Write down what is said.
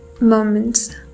moments